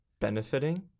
benefiting